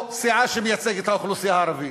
סיעה שמייצגת את האוכלוסייה הערבית.